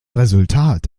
resultat